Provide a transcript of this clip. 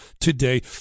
today